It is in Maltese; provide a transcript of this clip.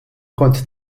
kont